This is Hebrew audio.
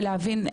ולהבין.